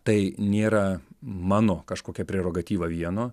tai nėra mano kažkokia prerogatyva vieno